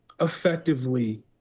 effectively